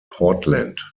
portland